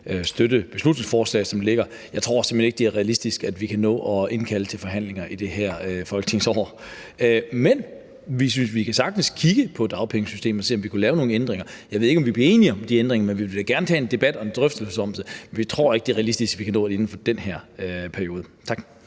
ikke støtte beslutningsforslaget, som det ligger. Jeg tror simpelt hen ikke, det er realistisk, at vi kan nå at indkalde til forhandlinger i det her folketingsår. Men vi kan sagtens kigge på dagpengesystemet og se, om vi kunne lave nogle ændringer. Jeg ved ikke, om vi bliver enige om de ændringer, men vi vil da gerne tage en debat og en drøftelse om det. Vi tror ikke, det er realistisk, at vi kan nå det inden for den her periode. Tak.